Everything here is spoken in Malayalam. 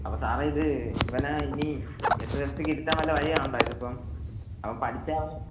അപ്പം സാറേ ഇത് ഇവനെ ഇനി എസ് എസ് എൽ സിക്ക് ഇരുത്താൻ വല്ല വഴിയുണ്ടോ ഇത് ഇപ്പം അവൻ പഠിച്ച അവനെ